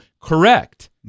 Correct